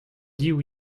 div